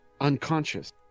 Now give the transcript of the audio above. Unconscious